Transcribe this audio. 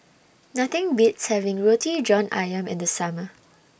Nothing Beats having Roti John Ayam in The Summer